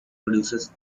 produces